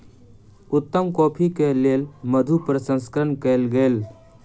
उत्तम कॉफ़ी के लेल मधु प्रसंस्करण कयल गेल